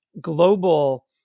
global